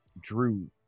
drew